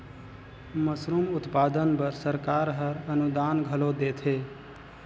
mushroom उत्पादन बर सरकार हर अनुदान घलो देथे